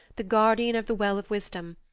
the guardian of the well of wisdom,